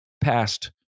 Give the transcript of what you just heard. past